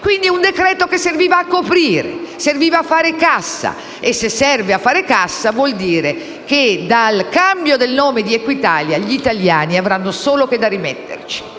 Quindi è un decreto che serviva a coprire, a fare cassa e, se serve a fare cassa, vuol dire che dal cambio del nome di Equitalia gli italiani avranno solo da rimetterci.